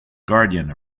guardian